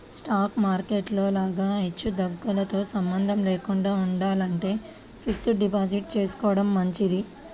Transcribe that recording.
stock market లో లాగా హెచ్చుతగ్గులతో సంబంధం లేకుండా ఉండాలంటే ఫిక్స్డ్ డిపాజిట్ చేసుకోడం మంచిది